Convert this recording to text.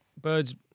birds